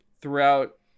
throughout